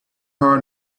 heart